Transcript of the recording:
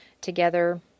together